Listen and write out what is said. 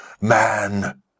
Man